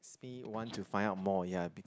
makes me want to find out more ya